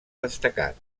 destacat